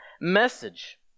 message